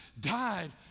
died